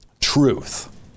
truth